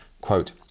quote